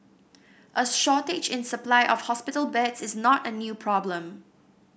a shortage in supply of hospital beds is not a new problem